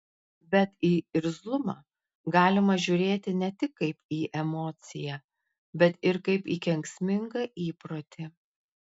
bet į irzlumą galima žiūrėti ne tik kaip į emociją bet ir kaip į kenksmingą įprotį